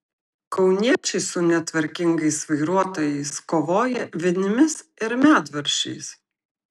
kauniečiai su netvarkingais vairuotojais kovoja vinimis ir medvaržčiais